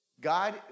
God